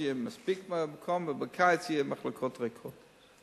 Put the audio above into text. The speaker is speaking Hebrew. יהיה מספיק מקום ובקיץ המחלקות יהיו ריקות.